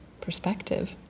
perspective